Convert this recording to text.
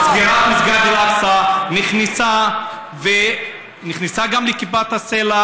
סגירת מסגד אל-אקצא נכנסה ונכנסה גם לכיפת הסלע